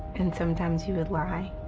and sometimes you would lie.